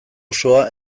osoa